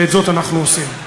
ואת זאת אנחנו עושים.